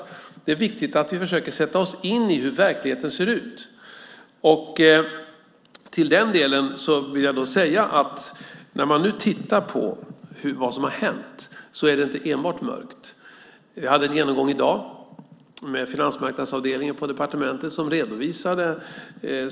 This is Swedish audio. Det är viktigt att vi försöker att sätta oss in i hur verkligheten ser ut. Till den delen vill jag säga att när man nu tittar på vad som har hänt är det inte enbart mörkt. Jag hade en genomgång i dag med finansmarknadsavdelningen på departementet som gjorde en redovisning.